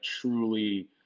truly